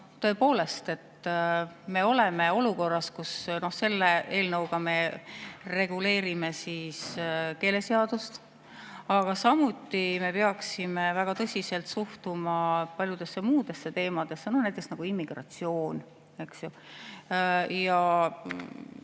tõepoolest, me oleme olukorras, kus me selle eelnõuga reguleerime keeleseadust, aga samuti me peaksime väga tõsiselt suhtuma paljudesse muudesse teemadesse, näiteks immigratsiooni. Ja